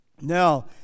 Now